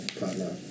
partner